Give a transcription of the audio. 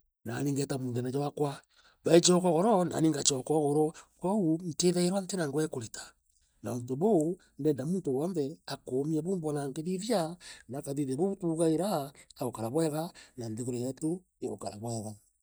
nani ngeeta muundene jwaakwa, baichoka ugoro, nani ngachoka ugoro. kwou ntiithairwa ntina ngui e kurita. na untu buu, ndenda muntu wonthe akomia buu oona nkithithia na akathithia bubu tugaira, aukara bwega na nthiguru yetu igukara bwega.